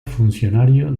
funcionario